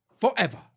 Forever